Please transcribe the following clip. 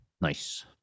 Nice